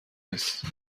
نیست